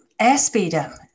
Airspeeder